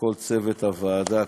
לכל צוות הוועדה.